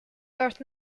earth